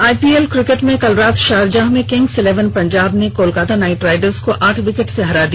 IPL cricket में कल रात शारजाह में किंग्स इलेवन पंजाब ने कोलकाता नाइटराइडर्स को आठ विकेट से हरा दिया